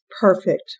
perfect